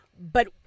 But-